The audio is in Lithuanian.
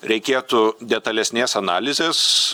reikėtų detalesnės analizės